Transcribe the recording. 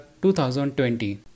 2020